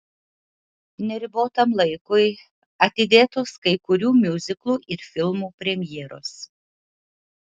neribotam laikui atidėtos kai kurių miuziklų ir filmų premjeros